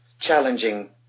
challenging